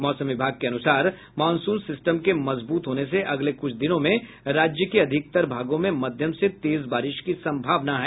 मौसम विभाग के अनुसार मॉनसून सिस्टम के मजबूत होने से अगले कुछ दिनों में राज्य के अधिकतर भागों में मध्यम से तेज बारिश की संभावना है